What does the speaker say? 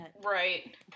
Right